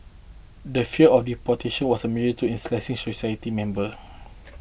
the fear of deportation was a major tool in slashing society member